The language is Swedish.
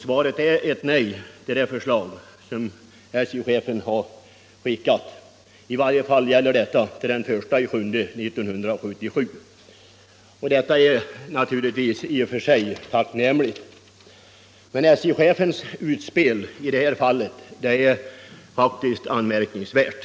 Svaret är nu ett nej till det förslag som SJ-chefen har lagt fram, i varje fall till den 1 juli 1977. Detta är naturligtvis i och för sig tacknämligt. Men SJ-chefens utspel är faktiskt anmärkningsvärt.